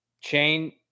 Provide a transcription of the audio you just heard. Chain